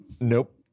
Nope